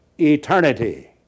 eternity